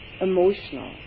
emotional